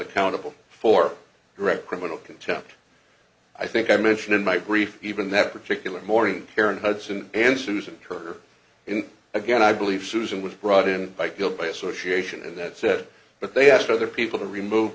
accountable for direct criminal contempt i think i mentioned in my brief even that particular morning karen hudson and susan her in again i believe susan was brought in by guilt by association and that said but they asked other people to remove